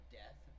death